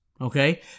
Okay